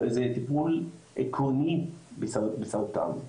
זה טיפול עקרוני בסרטן,